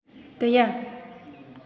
गैया